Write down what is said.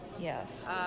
Yes